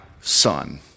son